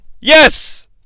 Yes